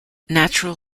natural